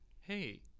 hey